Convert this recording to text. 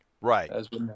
right